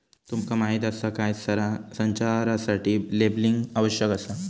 तुमका माहीत आसा काय?, संचारासाठी लेबलिंग आवश्यक आसा